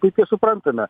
puikiai suprantame